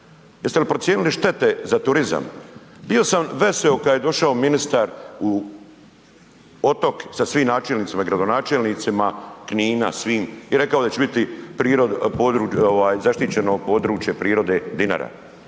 Jeste li procijenili štete za turizam? Bio sam veseo kada je došao ministar u otok sa svim načelnicima i gradonačelnicima Knina, svim, i rekao da će biti zaštićeno područje prirode Dinara.